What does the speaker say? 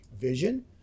vision